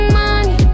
money